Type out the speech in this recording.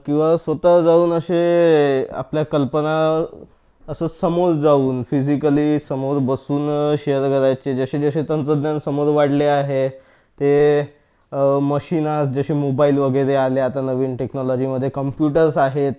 किंवा स्वत जाऊन असे आपल्या कल्पना असं समोर जाऊन फिजिकली समोर बसून शेअर करायचे जसे जसे तंत्रज्ञान समोर वाढले आहे ते मशीन जशी मोबाइल वगैरे आले आता नवीन टेक्नॉलॉजीमधे कम्प्युटर्स आहेत